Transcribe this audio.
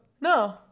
No